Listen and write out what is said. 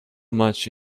much